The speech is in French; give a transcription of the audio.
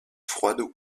froide